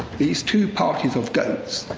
these two parties of goats,